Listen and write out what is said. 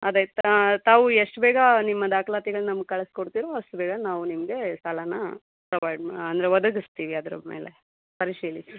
ಅದೇ ತಾವು ಎಷ್ಟು ಬೇಗ ನಿಮ್ಮ ದಾಖಲಾತಿಗಳ್ನ ನಮ್ಗೆ ಕಳಿಸ್ಕೊಡ್ತಿರೋ ಅಷ್ಟು ಬೇಗ ನಾವು ನಿಮಗೆ ಸಾಲನ ಪ್ರೊವೈಡ್ ಅಂದರೆ ಒದಗಿಸ್ತೀವಿ ಅದರ ಮೇಲೆ ಪರಿಶೀಲಿಸಿ